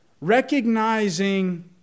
Recognizing